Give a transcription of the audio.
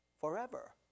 forever